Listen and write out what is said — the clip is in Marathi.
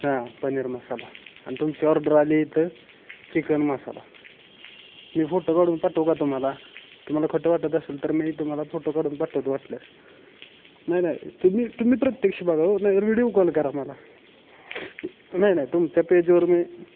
हां पनीर मसाला आणि तुमची ऑर्डर आली इथं चिकन मसाला मी फोटो काढून पाठवू का तुम्हाला तुम्हाला खोटं वाटत असेल तर मी तुम्हाला फोटो काढून पाठवतो वाटल्यास नाही नाही तुम्ही तुम्ही प्रत्यक्ष बघा हो नाही तर व्हिडिओ कॉल करा मला नाही नाही तुमच्या पेजवर मी